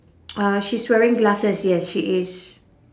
uh she's wearing glasses yes she is